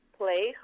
play